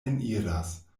eniras